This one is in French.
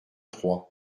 trois